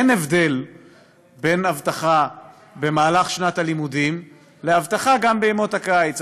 אין הבדל בין אבטחה במהלך שנת הלימודים לאבטחה בימות הקיץ.